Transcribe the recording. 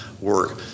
work